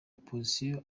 opposition